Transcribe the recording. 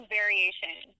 variation